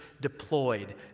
deployed